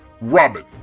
Robin